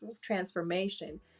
transformation